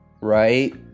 Right